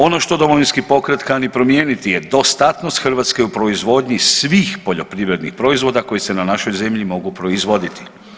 Ono što Domovinski pokret kani promijeniti je dostatnost Hrvatske u proizvodnji svih poljoprivrednih proizvoda koji se na našoj zemlji mogu proizvoditi.